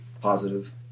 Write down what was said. positive